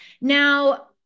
Now